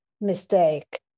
mistake